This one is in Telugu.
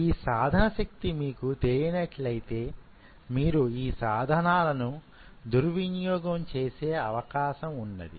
ఈ సాధన శక్తి మీకు తెలియనట్లయితే మీరు ఈ సాధనాలను దుర్వినియోగం చేసే అవకాశం ఉన్నది